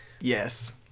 Yes